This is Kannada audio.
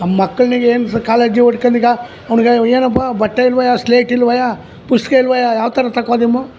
ನಮ್ಮ ಮಕ್ಳನ್ನು ಈಗ ಏನು ಕಾಳಜಿ ಉಡ್ಕೊಂಡು ಈಗ ಅವ್ನಿಗೆ ಏನಪ್ಪ ಬಟ್ಟೆ ಇಲ್ವಯ್ಯ ಸ್ಲೇಟ್ ಇಲ್ವಯ್ಯ ಪುಸ್ತಕ ಇಲ್ವಯ್ಯ ಯಾವ್ತರ ತಕೊದಿಮ